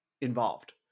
involved